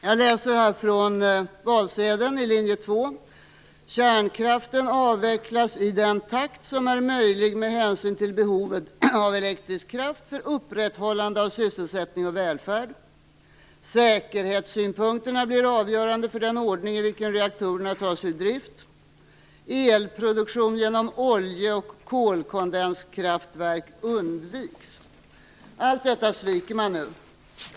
Jag läser här från linje 2:s valsedel: Kärnkraften avvecklas i den takt som är möjlig med hänsyn till behovet av elektrisk kraft för upprätthållande av sysselsättning och välfärd. Säkerhetssynpunkterna blir avgörande för den ordning i vilken reaktorerna tas ur drift. Elproduktion genom olje och kolkondenskraftverk undviks. Allt detta sviker man nu.